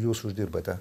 jūs uždirbate